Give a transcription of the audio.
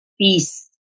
peace